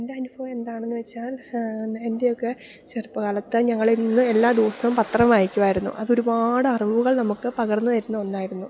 എൻ്റെ അനുഭവം എന്താണെന്നുവച്ചാൽ എൻ്റെയൊക്കെ ചെറുപ്പകാലത്ത് ഞങ്ങളിന്ന് എല്ലാ ദിവസവും പത്രം വായിക്കുമായിരുന്നു അതൊരുപാട് അറിവുകൾ നമുക്ക് പകർന്നുതരുന്ന ഒന്നായിരുന്നു